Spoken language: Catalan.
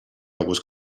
gust